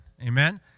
Amen